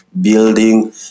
building